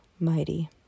mighty